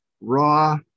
raw